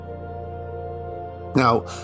Now